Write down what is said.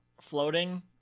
Floating